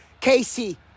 Casey